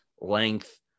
length